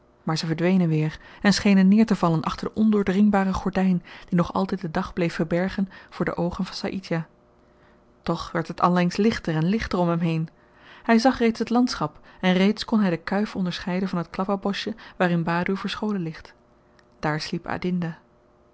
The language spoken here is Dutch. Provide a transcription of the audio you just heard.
kim maar ze verdwenen weer en schenen neertevallen achter de ondoordringbare gordyn die nog altyd den dag bleef verbergen voor de oogen van saïdjah toch werd het allengs lichter en lichter om hem heen hy zag reeds het landschap en reeds kon hy de kuif onderscheiden van het klappa boschje waarin badoer verscholen ligt daar sliep